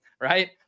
right